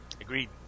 Agreed